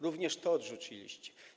Również to odrzuciliście.